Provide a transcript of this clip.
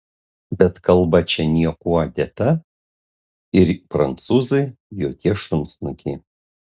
bet kalba čia niekuo dėta ir prancūzai jokie šunsnukiai